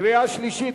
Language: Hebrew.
קריאה שלישית,